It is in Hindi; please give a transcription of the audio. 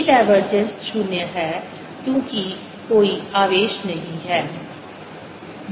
E डाइवर्जेंस 0 है क्योंकि कोई आवेश नहीं है